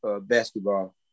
basketball